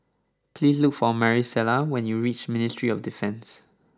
please look for Marisela when you reach Ministry of Defence